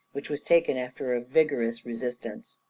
which was taken after a vigorous resistance.